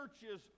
churches